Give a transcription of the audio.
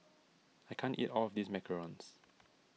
I can't eat all of this Macarons